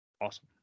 Awesome